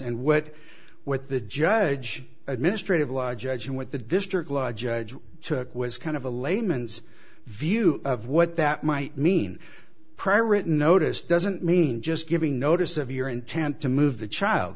and what what the judge administrative law judge and what the district law judge took was kind of a layman's view of what that might mean prayer written notice doesn't mean just giving notice of your intent to move the child